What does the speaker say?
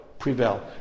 Prevail